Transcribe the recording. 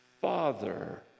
Father